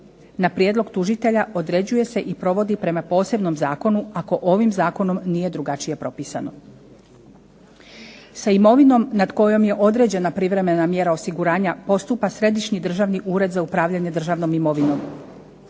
na prijedlog tužitelja određuje se i provodi prema posebnom zakonu ako ovim zakonom nije drugačije propisano. Sa imovinom nad kojom je određena privremena mjera osiguranja postupa Središnji državni ured za upravljanje državnom imovinom.